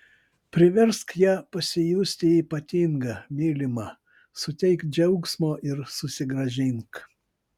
priversk ją pasijusti ypatinga mylima suteik džiaugsmo ir susigrąžink